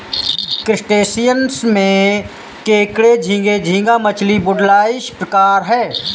crustaceans में केकड़े झींगे, झींगा मछली, वुडलाइस प्रकार है